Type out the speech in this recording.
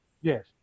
Yes